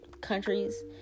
countries